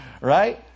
Right